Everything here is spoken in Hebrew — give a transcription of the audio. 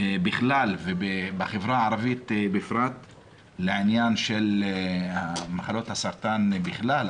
בכלל ובחברה הערבית בפרט לעניין מחלות הסרטן בכלל,